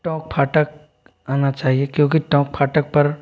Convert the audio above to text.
टोंक फाटक आना चाहिए क्योंकि टोंक फाटक पर